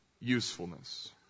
usefulness